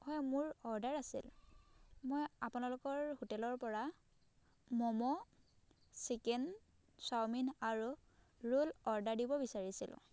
হয় মোৰ অৰ্ডাৰ আছিল মই আপোনালোকৰ হোটেলৰ পৰা ম'ম' চিকেন চাওমিন আৰু ৰ'ল অৰ্ডাৰ দিব বিচাৰিছিলোঁ